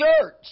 church